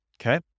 Okay